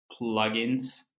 plugins